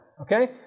Okay